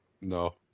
No